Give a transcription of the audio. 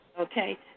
Okay